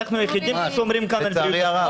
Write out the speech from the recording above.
אנחנו היחידים פה ששומרים על הבריאות --- לצערי הרב.